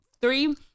three